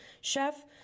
chef